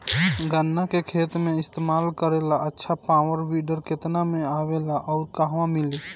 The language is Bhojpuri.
गन्ना के खेत में इस्तेमाल करेला अच्छा पावल वीडर केतना में आवेला अउर कहवा मिली?